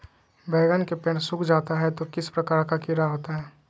बैगन के पेड़ सूख जाता है तो किस प्रकार के कीड़ा होता है?